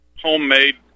homemade